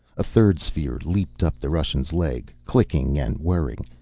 a third sphere leaped up the russian's leg, clicking and whirring.